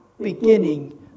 beginning